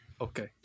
Okay